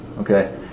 Okay